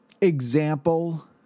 example